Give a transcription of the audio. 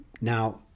Now